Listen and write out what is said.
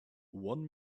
one